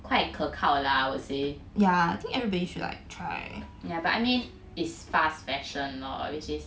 quite 可靠 lah I would say yeah but I mean it's fast fashion lor which is